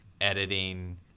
editing